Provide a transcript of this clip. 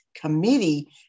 Committee